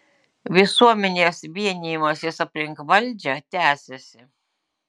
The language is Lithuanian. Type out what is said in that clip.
visuomenės vienijimasis aplink valdžią tęsiasi